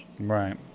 right